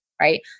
right